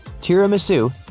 tiramisu